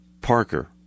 Parker